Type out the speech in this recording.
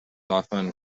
often